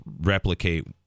replicate